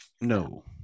No